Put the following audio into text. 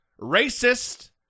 racist